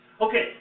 Okay